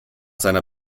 seiner